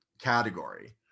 category